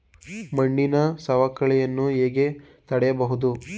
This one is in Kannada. ಮಣ್ಣಿನ ಸವಕಳಿಯನ್ನು ಹೇಗೆ ತಡೆಯಬಹುದು?